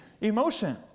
emotion